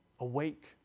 Awake